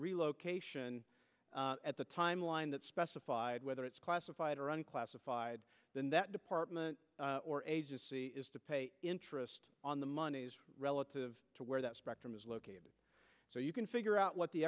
relocation at the timeline that specified whether it's classified or unclassified then that department or agency is to pay interest on the money relative to where that spectrum is located so you can figure out what the